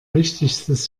wichtigstes